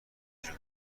جون